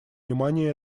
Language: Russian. внимание